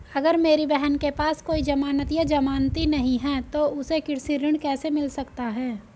अगर मेरी बहन के पास कोई जमानत या जमानती नहीं है तो उसे कृषि ऋण कैसे मिल सकता है?